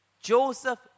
Joseph